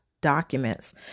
documents